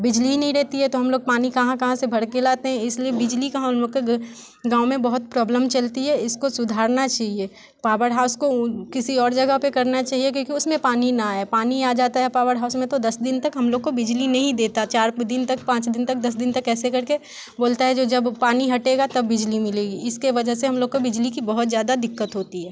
बिजली ही नहीं रहती है तो हम लोग पानी कहाँ कहाँ से भर के लाते हैं इसलिए बिजली का हम लोग के गाँव में बहुत प्रोब्लम चलती है इसको सुधारना चिए पावर हाउस को किसी और जगह पे करना चाहिए क्योकि उसमें पानी ना आए पानी आ जाता है पावर हाउस में तो दस दिन तक हम लोग को बिजली नहीं देता चार दिन तक पाँच दिन तक दस दिन तक ऐसे करके बोलता है जो जब पानी हटेगा तब बिजली मिलेगी इसके वजह से हम लोग को बिजली की बहुत ज़्यादा दिक्कत होती है